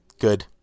good